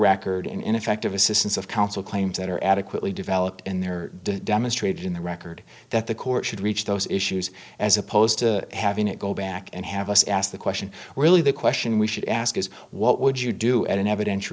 record in ineffective assistance of counsel claims that are adequately developed and there demonstrated in the record that the court should reach those issues as opposed to having it go back and have us ask the question really the question we should ask is what would you do at an eviden